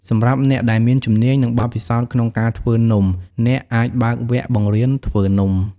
សម្រាប់អ្នកដែលមានជំនាញ និងបទពិសោធន៍ក្នុងការធ្វើនំ អ្នកអាចបើកវគ្គបង្រៀនធ្វើនំ។